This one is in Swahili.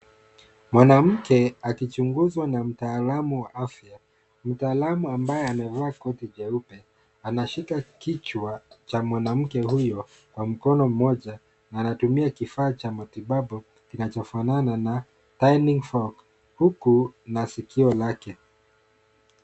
Mwanamke akichunguzwa na mtaalamu wa afya. Mtaalamu ambaye amevaa koti jeupe, anashika kichwa cha mwanamke huyo kwa mkono mmoja na anatumia kifaa cha matibabu zilizofanana na dinning fork huku na sikio lake